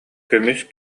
көмүс